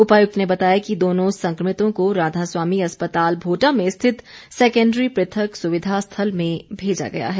उपायुक्त ने बताया कि दोनों संक्रमितों को राधा स्वामी अस्पताल भोटा में स्थित सेंकेंडरी पृथक सुविधा स्थल में भेजा गया है